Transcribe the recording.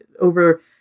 over